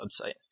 website